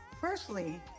Firstly